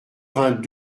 vingt